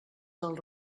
del